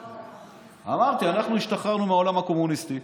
אמרתי, אנחנו השתחררנו מהעולם הקומוניסטי.